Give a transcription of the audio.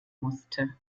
musste